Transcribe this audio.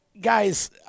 guys